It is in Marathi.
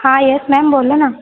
हां येस मॅम बोला ना